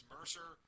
Mercer